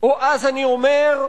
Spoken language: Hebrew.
או אז אני אומר: